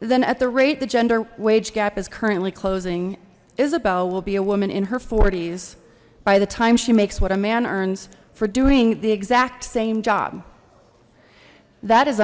then at the rate the gender wage gap is currently closing isabel will be a woman in her s by the time she makes what a man earns for doing the exact same job that is